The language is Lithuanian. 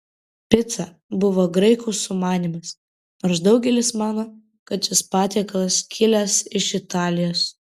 pica buvo graikų sumanymas nors daugelis mano kad šis patiekalas kilęs iš italijos